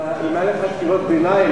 אם היו לך קריאות ביניים,